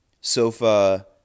Sofa